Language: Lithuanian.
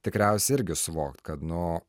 tikriausiai irgi suvokt kad nu